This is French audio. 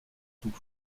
tout